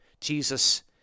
Jesus